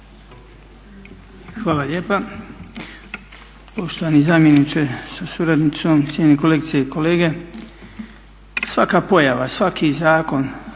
Hvala lijepa. Poštovani zamjeniče sa suradnicom, cijenjeni kolegice i kolege, svaka pojava, svaki zakon,